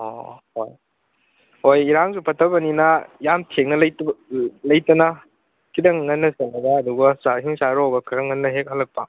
ꯑꯣ ꯍꯣꯏ ꯍꯣꯏ ꯏꯔꯥꯡꯁꯨ ꯐꯠꯇꯕꯅꯤꯅ ꯌꯥꯝ ꯊꯦꯡꯅ ꯂꯩꯇꯕ ꯂꯩꯇꯅ ꯈꯤꯇꯪ ꯉꯟꯅ ꯆꯠꯂꯒ ꯑꯗꯨꯒ ꯆꯥꯛ ꯏꯁꯤꯡ ꯆꯥꯔꯨꯒ ꯈꯔꯉꯟꯅ ꯍꯦꯛ ꯍꯜꯂꯛꯄ